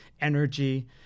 energy